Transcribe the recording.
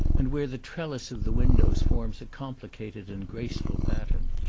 and where the trellis of the windows forms a compli cated and graceful pattern.